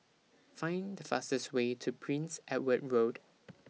Find The fastest Way to Prince Edward Road